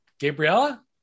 Gabriella